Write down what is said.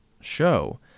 show